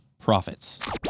profits